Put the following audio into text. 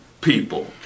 people